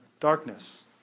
Darkness